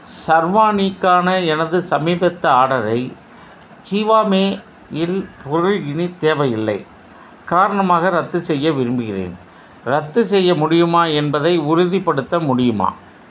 ஷெர்வானிக்கான எனது சமீபத்திய ஆடரை ஜிவாமே இல் பொருள் இனி தேவையில்லை காரணமாக ரத்து செய்ய விரும்புகிறேன் ரத்து செய்ய முடியுமா என்பதை உறுதிப்படுத்த முடியுமா